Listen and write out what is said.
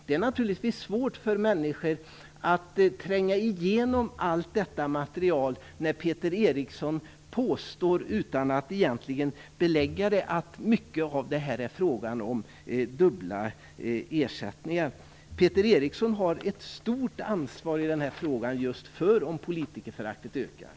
Det är naturligtvis svårt för människor att tränga igenom allt detta material när Peter Eriksson utan att egentligen belägga det påstår att mycket av detta är fråga om dubbla ersättningar. Peter Eriksson har i den här frågan ett stort ansvar för om politikerföraktet ökar.